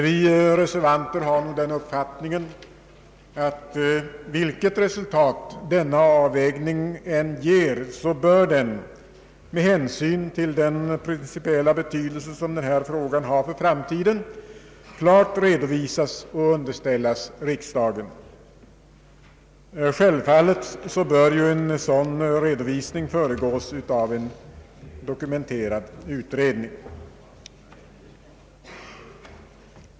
Vi reservanter har nog den uppfattningen att vilket resultat denna avvägning än ger bör den med hänsyn till den principiella betydelse som denna fråga har för framtiden klart redovisas och underställas riksdagen. Självfallet bör en sådan redovisning föregås av en dokumenterad utredning.